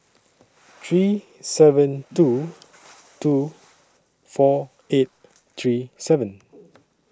three seven two two four eight three seven